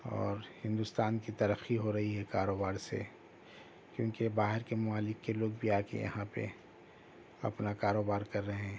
اور ہندوستان کی ترقی ہو رہی ہے کاروبار سے کیونکہ باہر کے ممالک کے لوگ بھی آ کے یہاں پہ اپنا کاروبار کر رہے ہیں